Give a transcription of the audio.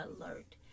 alert